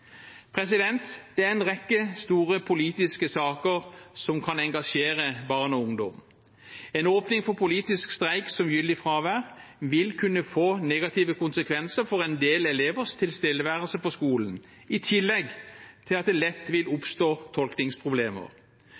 Det er en rekke store politiske saker som kan engasjere barn og ungdom. En åpning for politisk streik som gyldig fravær vil kunne få negative konsekvenser for en del elevers tilstedeværelse på skolen, i tillegg til at det lett vil kunne oppstå